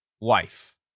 wife